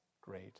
great